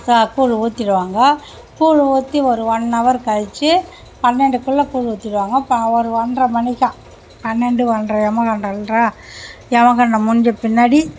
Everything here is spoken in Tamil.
ச கூழ் ஊற்றிடுவாங்க கூழ் ஊற்றி ஒரு ஒன் ஹவர் கழித்து பன்னெண்டுக்குள்ள கூழ் ஊற்றிடுவாங்க ப ஒரு ஒன்றரை மணிக்கு பன்னெண்டு ஒன்றரை எமகண்டம் எமகண்டம் முடிஞ்ச பின்னாடி